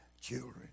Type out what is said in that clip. children